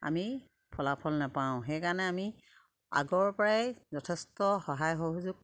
আমি ফলাফল নাপাওঁ সেইকাৰণে আমি আগৰ পৰাই যথেষ্ট সহায় সহযোগ